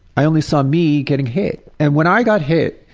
i only saw me getting hit. and when i got hit,